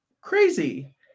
Crazy